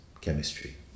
chemistry